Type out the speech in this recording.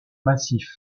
massif